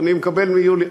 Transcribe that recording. אני מקבל מיולי,